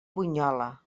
bunyola